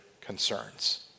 concerns